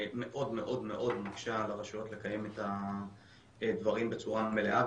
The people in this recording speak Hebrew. מקשה מאוד מאוד על הרשויות לקיים את הדברים בצורה מלאה.